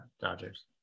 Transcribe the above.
Dodgers